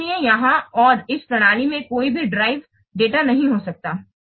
इसलिए यहां और इस परिणाम में कोई भी देऱीवे डेटा नहीं हो सकता है